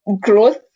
growth